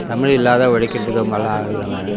தமிழ் இல்லாத உழைக்கிறதுக்கு